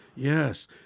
Yes